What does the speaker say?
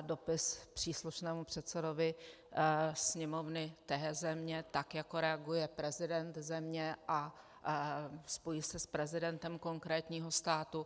dopis příslušnému předsedovi sněmovny té země tak, jako reaguje prezident země a spojí se s prezidentem konkrétního státu.